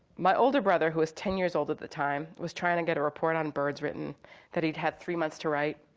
my older brother, who was ten years old at the time, was trying to get a report on birds written that he'd had three months to write,